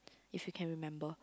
if you can remember